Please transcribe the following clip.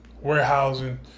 warehousing